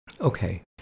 Okay